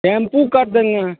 tempo कर देंगे